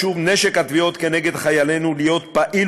ישוב נשק התביעות כנגד חיילינו להיות פעיל